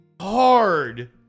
hard